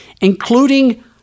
including